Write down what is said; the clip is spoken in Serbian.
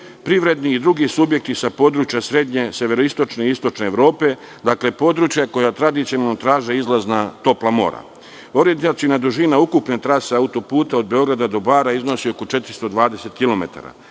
privredni i drugi subjekti sa područja srednje, severoistočne i istočne Evrope, područja koja tradicionalno traže izlaz na topla mora. Orijentaciona dužina ukupne trase autoputa od Beograda do Bara iznosi oko 420